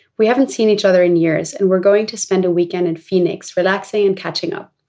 we haven't seen each other in years and we're going to spend a weekend in phoenix relaxing and catching up.